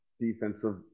defensive